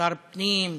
שר הפנים,